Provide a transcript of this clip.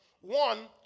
One